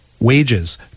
wages